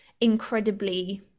incredibly